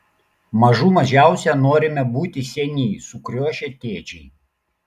mažų mažiausiai norime būti seni sukriošę tėčiai